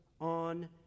on